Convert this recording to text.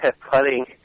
putting